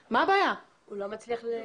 הוא לא מצליח להתחבר.